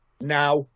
now